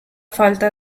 falta